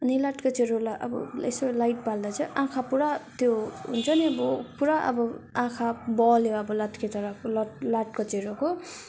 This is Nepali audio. अनि लाटोकोसेरोलाई अब यसो लाइट बाल्दा चाहिँ आँखा पुरा त्यो हुन्छ नि अब पुरा अब आँखा बल्यो अब लाटोकोसेरोको लट लाटोकोसेरोको